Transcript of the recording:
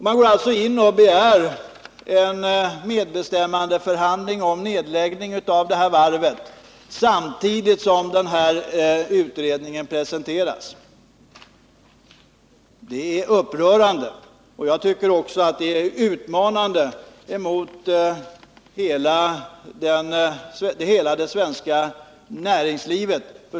Man begär alltså en medbestämmandeförhandling om nedläggning av varvet samtidigt som utredningen presenteras. Det är upprörande. Det är en utmaning mot hela det svenska näringslivet.